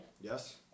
Yes